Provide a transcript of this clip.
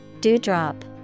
Dewdrop